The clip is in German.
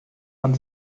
man